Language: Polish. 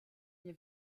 nie